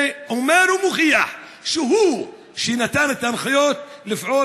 זה אומר ומוכיח שהוא שנתן את ההנחיות לפעול